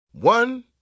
One